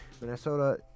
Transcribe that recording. Minnesota